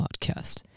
Podcast